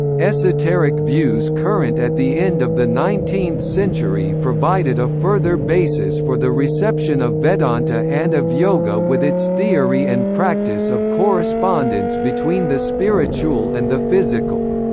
esoteric views current at the end of the nineteenth century provided a further basis for the reception of vedanta and of yoga with its theory and practice of correspondence between the spiritual and the physical.